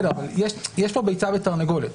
יש פה ביצה ותרנגולת,